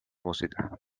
música